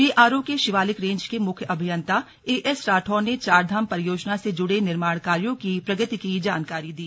B R O के Shivalik range के मुख्य अभियंता ए एस राठौर ने चारधाम परियोजना से जुड़े निर्माण कार्यो की प्रगति की जानकारी दी